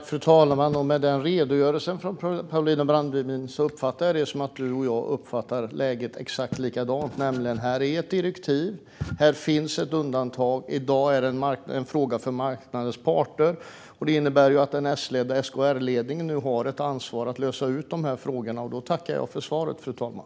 Fru talman! Efter den redogörelsen från Paulina Brandberg uppfattar jag det som att hon och jag uppfattar läget exakt likadant: Här är ett direktiv, här finns ett undantag och i dag är det en fråga för arbetsmarknadens parter. Det innebär att den S-ledda SKR-ledningen nu har ett ansvar att lösa de här frågorna. Då tackar jag för svaret, fru talman.